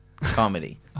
comedy